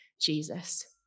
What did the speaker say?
Jesus